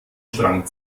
strang